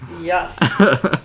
yes